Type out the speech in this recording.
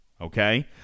okay